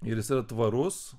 ir jis yra tvarus